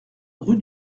rue